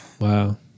Wow